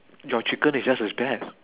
your chicken is just as bad